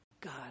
God